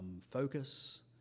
focus